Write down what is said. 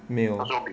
没有